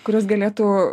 kuriuos galėtų